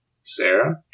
Sarah